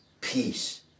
peace